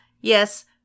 Yes